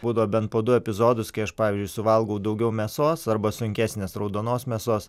būdavo bent po du epizodus kai aš pavyzdžiui suvalgau daugiau mėsos arba sunkesnės raudonos mėsos